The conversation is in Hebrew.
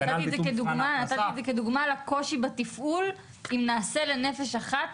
נתתי את זה כדוגמה לקושי בתפעול אם נעשה ל"נפש אחת"